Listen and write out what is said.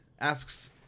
asks